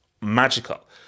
magical